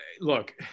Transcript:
look